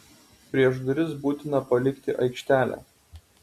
prieš duris būtina palikti aikštelę